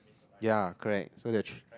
ya correct so that she